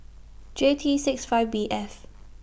J T six five B F